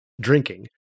drinking